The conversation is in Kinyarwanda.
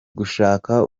gushaka